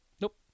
Nope